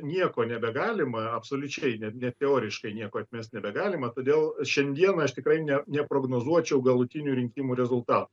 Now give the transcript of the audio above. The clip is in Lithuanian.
nieko nebegalima absoliučiai net net teoriškai nieko atmest nebegalima todėl šiandien aš tikrai ne neprognozuočiau galutinių rinkimų rezultatų